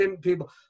people